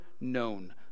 known